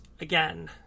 again